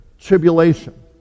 tribulation